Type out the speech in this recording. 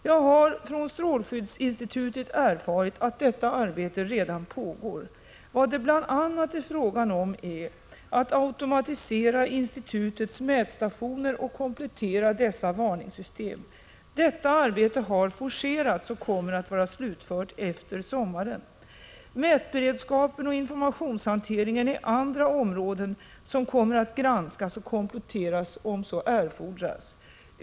Jag har från strålskyddsinstitutet erfarit att detta arbete redan pågår. Vad det bl.a. är fråga om är att automatisera institutets mätstationer och komplettera dessa med varningssystem. Detta arbete har forcerats och kommer att vara slutfört efter sommaren. Mätberedskapen och informationshanteringen är andra områden som kommer att granskas och kompletteras om så erfordras.